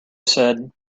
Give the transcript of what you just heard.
said